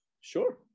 sure